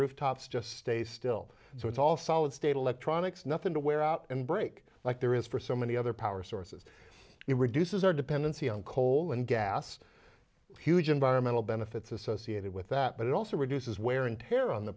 rooftops just stay still so it's all solid state electronics nothing to wear out and break like there is for so many other power sources it reduces our dependency on coal and gas huge environmental benefits associated with that but it also reduces wear and tear on the